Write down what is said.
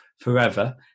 Forever